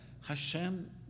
Hashem